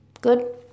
good